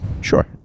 Sure